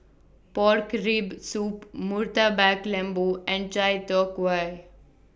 Pork Rib Soup Murtabak Lembu and Chai Tow Kuay